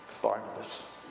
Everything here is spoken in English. Barnabas